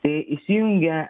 tai įsijungia